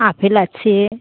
apple আছে